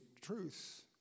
truth